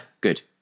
Good